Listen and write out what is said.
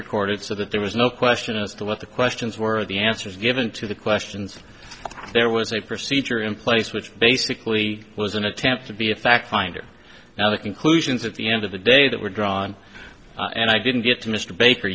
recorded so that there was no question as to what the questions were the answers given to the questions there was a procedure in place which basically was an attempt to be a fact finder and the conclusions at the end of the day that were drawn and i didn't get to mr baker